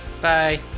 Bye